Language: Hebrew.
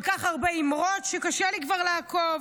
כל כך הרבה אמירות שקשה לי כבר לעקוב.